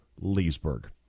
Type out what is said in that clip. Leesburg